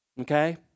Okay